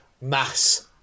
mass